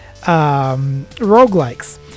roguelikes